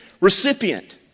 recipient